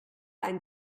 ein